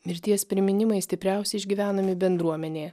mirties priminimai stipriausi išgyvenami bendruomenė